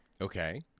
Okay